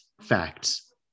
facts